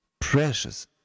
precious